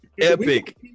Epic